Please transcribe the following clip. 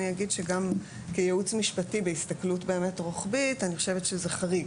אני אגיד שגם כייעוץ משפטי בהסתכלות באמת רוחבית אני חושבת שזה חריג,